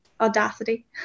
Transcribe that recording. audacity